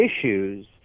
issues